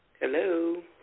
Hello